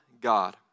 God